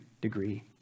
degree